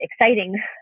exciting